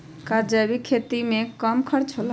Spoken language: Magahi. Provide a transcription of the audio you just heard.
का जैविक खेती में कम खर्च होला?